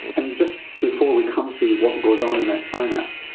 and just before we come to what goes on in that synapse,